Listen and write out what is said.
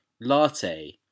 latte